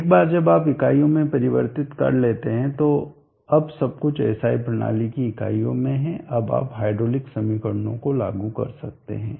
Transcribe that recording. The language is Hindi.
एक बार जब आप इकाइयों को परिवर्तित कर लेते हैं तो अब सब कुछ SI प्रणाली की इकाइयों में है अब आप हाइड्रोलिक समीकरणों को लागू कर सकते हैं